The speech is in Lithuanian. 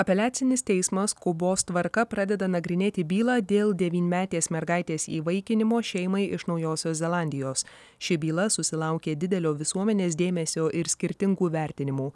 apeliacinis teismas skubos tvarka pradeda nagrinėti bylą dėl devynmetės mergaitės įvaikinimo šeimai iš naujosios zelandijos ši byla susilaukė didelio visuomenės dėmesio ir skirtingų vertinimų